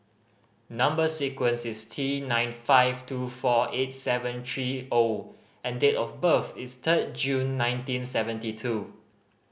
number sequence is T nine five two four eight seven three O and date of birth is third June nineteen seventy two